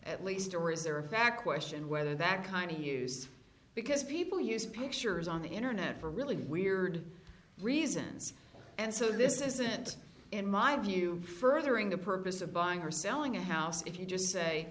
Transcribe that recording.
at least or is there a fact question whether that kind of use because people use pictures on the internet for really weird reasons and so this isn't in my view furthering the purpose of buying or selling a house if you just say